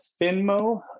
Finmo